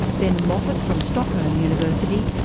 ben moffitt from stockholm university,